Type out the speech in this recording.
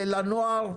לנוער,